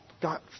got